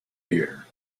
here